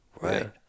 Right